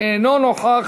אינו נוכח,